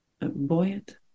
buoyant